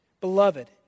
beloved